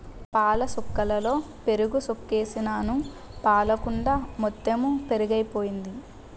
పాలసుక్కలలో పెరుగుసుకేసినాను పాలకుండ మొత్తెము పెరుగైపోయింది